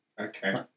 Okay